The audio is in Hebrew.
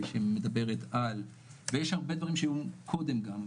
שמדברת על ויש הרבה דברים שהיו קודם גם,